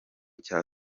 cya